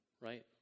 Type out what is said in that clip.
Right